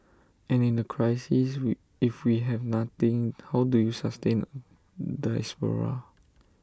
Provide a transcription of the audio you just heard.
and in A crisis we if we have nothing how do you sustain A diaspora